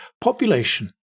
Population